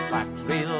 Factory